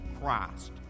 Christ